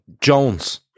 Jones